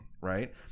right